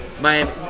Miami